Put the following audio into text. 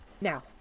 Now